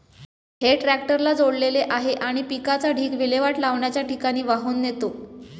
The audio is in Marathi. हे ट्रॅक्टरला जोडलेले आहे आणि पिकाचा ढीग विल्हेवाट लावण्याच्या ठिकाणी वाहून नेतो